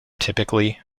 typically